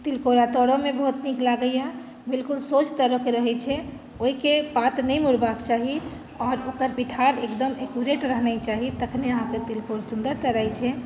तिलकोरा तरयमे बहुत नीक लगैए बिलकुल सोझ तरयके रहैत छै ओहिके पात नहि मुड़बाक चाही आओर ओकर पीठार एकदम एकूरेट रहनाइ चाही तखने अहाँके तिलकोर सुन्दर तराइत छै